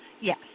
yes